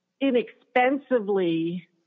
inexpensively